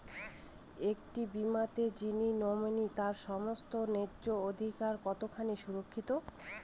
একটি বীমাতে যিনি নমিনি তার সমস্ত ন্যায্য অধিকার কতখানি সুরক্ষিত?